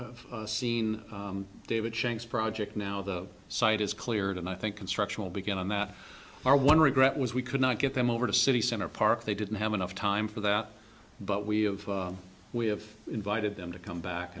also seen david shanks project now the site is cleared and i think construction will begin on that our one regret was we could not get them over to city center park they didn't have enough time for that but we of we have invited them to come back